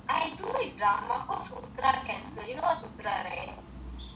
I don't know if drama because sudra you know what is sudra right